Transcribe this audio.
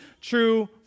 true